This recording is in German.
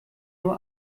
nur